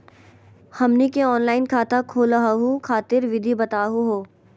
हमनी के ऑनलाइन खाता खोलहु खातिर विधि बताहु हो?